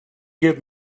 give